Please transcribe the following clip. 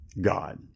God